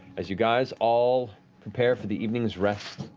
as you guys all prepare for the evening's rest,